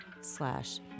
slash